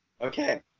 Okay